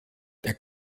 der